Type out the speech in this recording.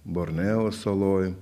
borneo saloj